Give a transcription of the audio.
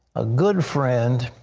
a good friend,